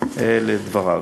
על דבריו.